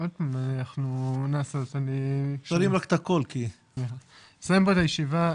נסיים פה את הישיבה,